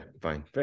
fine